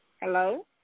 Hello